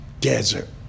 desert